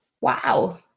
wow